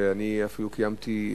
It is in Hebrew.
שאני אפילו קיימתי,